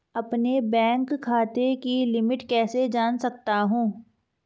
अपने बैंक खाते की लिमिट कैसे जान सकता हूं?